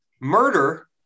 Murder